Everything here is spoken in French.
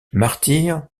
martyrs